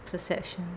perception